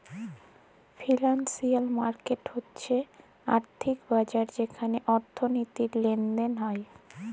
financial market হচ্যে আর্থিক বাজার যেখালে অর্থনীতির লেলদেল হ্য়েয়